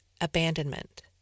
abandonment